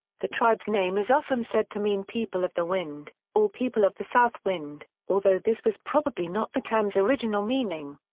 the tribe's name is often said to mean people of the wind or people of the south wind, although this was probably not the term's original meaning.